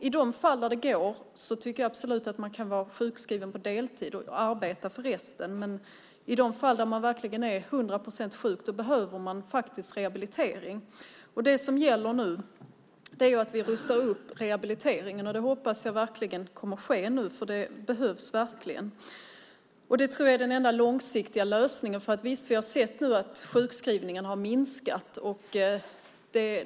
I de fall där det går tycker jag absolut att man kan vara sjukskriven på deltid och arbeta resten, men i de fall där man verkligen är 100 procent sjuk behöver man rehabilitering. Nu gäller det att vi rustar upp rehabiliteringen. Jag hoppas att det kommer att ske nu, för det behövs verkligen, och jag tror att det är den enda långsiktiga lösningen. Visst har vi sett att sjukskrivningarna har minskat.